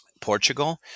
Portugal